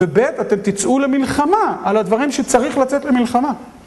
וב' אתם תצאו למלחמה על הדברים שצריך לצאת למלחמה.